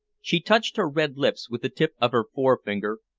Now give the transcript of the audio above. she touched her red lips with the tip of her forefinger,